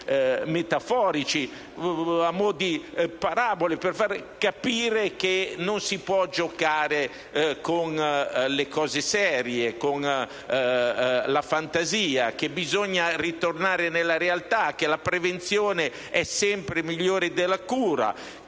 metaforici, a mo' di parabola, per far capire che non si può giocare con le cose serie e lavorare di fantasia, bisogna tornare alla realtà, la prevenzione è sempre migliore della cura